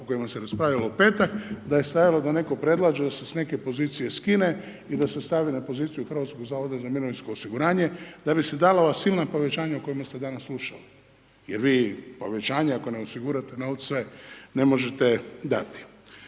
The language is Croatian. u kojima se raspravljalo u petak, da se stajalo da netko predlaže da se s neke pozicije skine i da se stavi na poziciju Hrvatskog zavoda za mirovinsko osiguranje, da bi se davala silna povećanja o kojima ste danas slušali, jer vi povećanje, ako ne osigurate novce, ne možete dati.